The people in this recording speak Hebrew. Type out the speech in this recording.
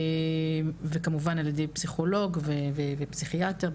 וכמובן על ידי פסיכולוג ופסיכיאטר,